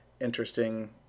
interesting